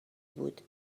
بود